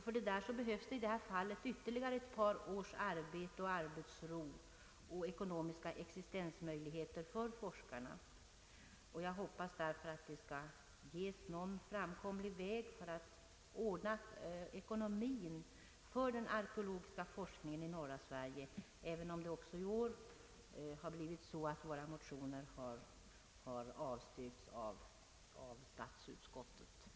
För detta behövs ytterligare ett par års arbete, arbetsro och ekonomiska existensmöjligheter för forskarna. Jag hoppas därför att man skall finna någon framkomlig väg för att ordna ekonomien för den arkeologiska forskningen i norra Sverige även om det också i år blivit så att våra motioner har avslagits av statsutskottet.